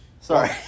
Sorry